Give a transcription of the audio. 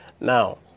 Now